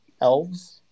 elves